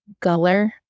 Guller